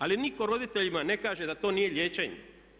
Ali nitko roditeljima ne kaže da to nije liječenje.